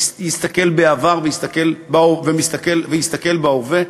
יסתכל בעבר ויסתכל בהווה,